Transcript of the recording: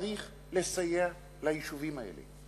צריך לסייע ליישובים האלה,